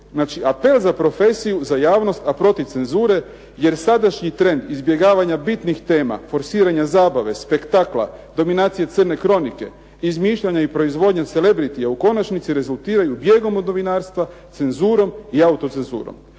apel za profesiju za javnost, a protiv cenzure, jer sadašnji trend izbjegavanja bitnih tema, forsiranja zabave, spektakla, dominacije crne kronike, izmišljanja i proizvodnje celebritija, u konačnici rezultiraju bijegom od novinarstva, cenzurom i autocenzurom.